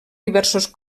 diversos